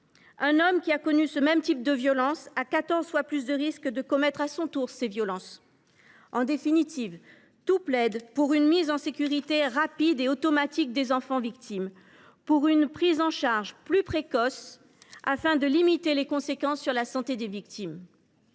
homme qui a connu le même type de violences a quatorze fois plus de risques d’en commettre à son tour. En définitive, tout plaide pour une mise en sécurité rapide et automatique des enfants victimes, pour une prise en charge plus précoce afin de limiter les conséquences sur la santé des victimes.